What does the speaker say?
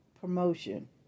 promotion